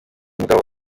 mugabo